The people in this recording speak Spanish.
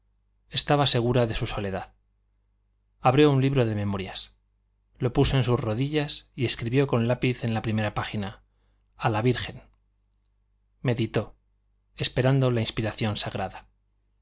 estaba segura de su soledad abrió un libro de memorias lo puso en sus rodillas y escribió con lápiz en la primera página a la virgen meditó esperando la inspiración sagrada